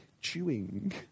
chewing